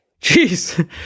Jeez